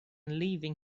leaving